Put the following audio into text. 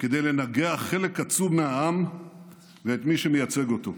כדי לנגח חלק עצום מהעם ואת מי שמייצג אותו.